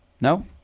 No